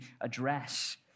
address